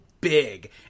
big